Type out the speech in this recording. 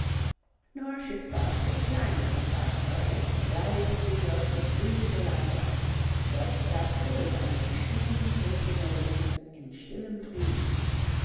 nur schiffbar für kleinere fahrzeuge gleitet sie durch die friedliche landschaft selbst das bild eines schönen tätigen lebens in stillem frieden